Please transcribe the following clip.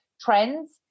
trends